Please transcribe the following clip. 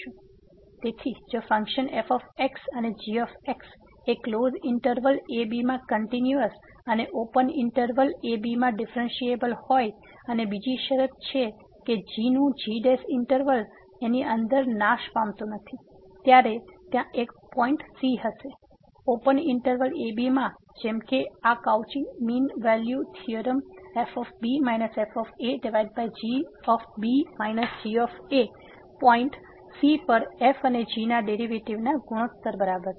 તેથી જો function f અને g એ ક્લોઝ ઈંટરવલ ab માં કંટીન્યુઅસ અને ઓપન ઈંટરવલ ab માં ડિફ્રેન્સીએબલ હોય અને બીજી શરત છે કે g નું g ઈંટરવલ ની અંદર નાશ પામતું નથી ત્યારે ત્યાં એક પોઈંટ c હશે ઓપન ઈંટરવલ ab માં જેમ કે આ Cauchy mean value theorem fb fgb g point c પર f અને g ના ડેરીવેટીવના ગુણોત્તર બરાબર છે